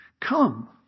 come